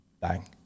bang